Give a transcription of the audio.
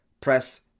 press